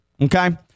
Okay